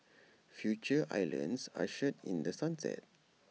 Future islands ushered in the sunset